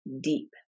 deep